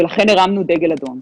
ולכן, הרמנו דגל אדום.